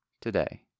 today